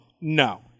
no